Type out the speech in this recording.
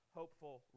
hopeful